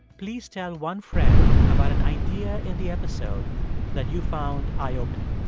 please tell one friend about an idea in the episode that you found eye-opening.